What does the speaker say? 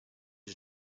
his